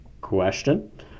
question